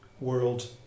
world